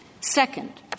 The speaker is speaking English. Second